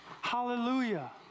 Hallelujah